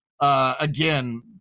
again